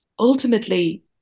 ultimately